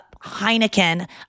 Heineken